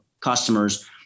customers